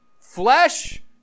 flesh